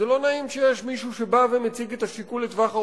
זה לא נעים שיש מישהו שבא ומציג את השיקול לטווח ארוך,